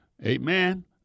Amen